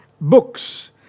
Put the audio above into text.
books